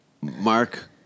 Mark